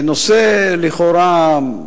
נושא שלכאורה הוא